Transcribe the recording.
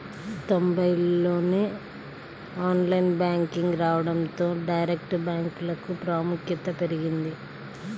తొంబైల్లోనే online banking రావడంతో direct బ్యాంకులకు ప్రాముఖ్యత పెరిగింది